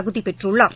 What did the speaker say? தகுதிபெற்றுள்ளார்